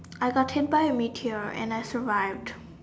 I got came back with meteor and I survived